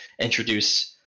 introduce